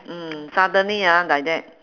mm suddenly ah like that